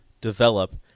develop